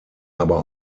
aber